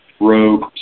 Rogue